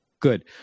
Good